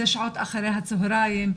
זה שעות אחרי הצוהריים,